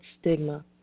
Stigma